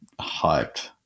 hyped